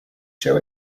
show